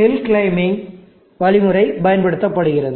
hill climbing வழிமுறை பயன்படுத்தப்படுகிறது